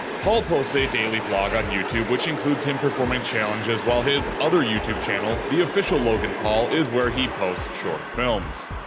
paul posts a daily vlog on youtube which includes him performing challenges, while his other youtube channel, theofficialloganpaul, is where he posts short films.